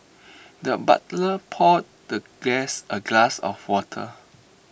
the butler poured the guest A glass of water